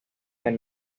del